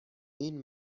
این